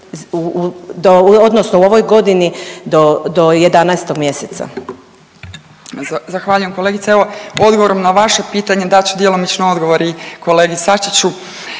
odnosno, u ovoj godini do 11. mjeseca. **Komes, Magdalena (HDZ)** Zahvaljujem kolegice. Evo odgovorom na vaše pitanje dat ću djelomično odgovor i kolegi Sačiću.